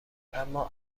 اما